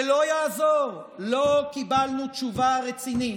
ולא יעזור, לא קיבלנו תשובה רצינית.